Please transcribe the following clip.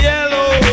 Yellow